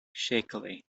shakily